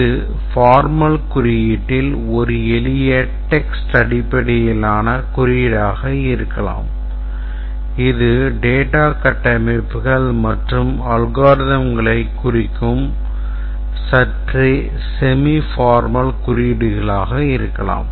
இது formal குறியீட்டில் ஒரு எளிய text அடிப்படையிலான குறியீடாக இருக்கலாம் இது data கட்டமைப்புகள் மற்றும் algorithmகளைக் குறிக்கும் சற்றே semi formal குறியீடுகளாக இருக்கலாம்